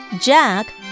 Jack